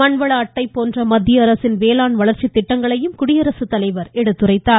மண்வள அட்டை போன்ற மத்திய அரசின் வேளாண் வளர்ச்சித் திட்டங்களையும் குடியரசுத்தலைவர் எடுத்துரைத்தார்